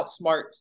Outsmart